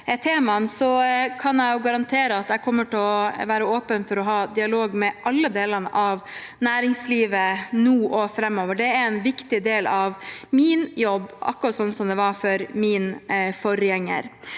Jeg kan garantere at jeg kommer til å være åpen for å ha dialog med alle delene av næringslivet nå og framover. Det er en viktig del av min jobb, akkurat som det var for min forgjenger.